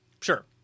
sure